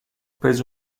prese